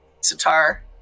sitar